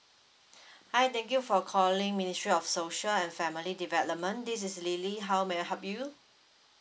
hi thank you for calling ministry of social and family development this is lily how may I help you